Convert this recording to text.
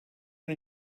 gün